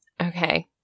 Okay